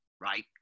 right